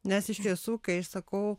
nes iš tiesų kai sakau